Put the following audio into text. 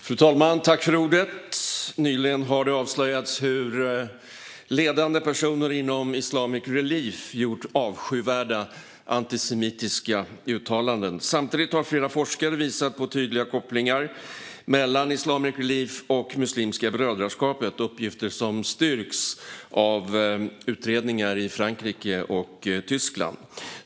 Fru talman! Nyligen har det avslöjats hur ledande personer inom Islamic Relief gjort avskyvärda antisemitiska uttalanden. Samtidigt har flera forskare visat på tydliga kopplingar mellan Islamic Relief och Muslimska brödraskapet. Det är uppgifter som styrks av utredningar i Frankrike och Tyskland.